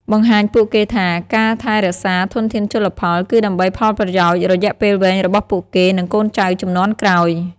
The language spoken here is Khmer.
បង្ហាញពួកគេថា ការថែរក្សាធនធានជលផល គឺដើម្បីផលប្រយោជន៍រយៈពេលវែងរបស់ពួកគេ និងកូនចៅជំនាន់ក្រោយ។